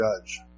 judge